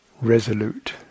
resolute